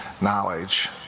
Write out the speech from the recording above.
knowledge